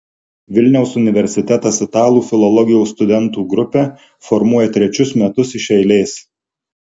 vilniaus universitetas italų filologijos studentų grupę formuoja trečius metus iš eilės